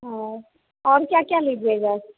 और और क्या क्या लीजिएगा